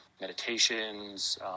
meditations